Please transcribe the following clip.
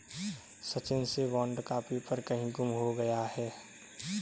सचिन से बॉन्ड का पेपर कहीं गुम हो गया है